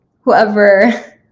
whoever